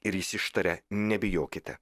ir jis ištaria nebijokite